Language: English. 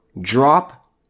Drop